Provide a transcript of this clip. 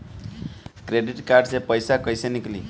Credit card से पईसा केइसे निकली?